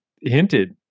hinted